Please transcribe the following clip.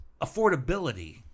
affordability